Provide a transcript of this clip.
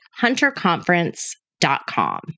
hunterconference.com